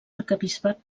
arquebisbat